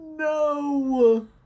No